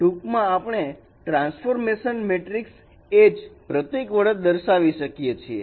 ટૂંકમાં આપણે આ ટ્રાન્સફોર્મેશન મેટ્રિક્સ H પ્રતિક વડે દર્શાવી શકીએ છીએ